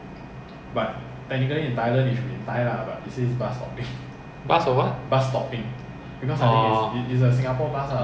they only buy chassis and engine then it's built up from scratch like building a house like that ya so it's built in